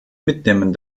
mitnehmen